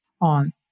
on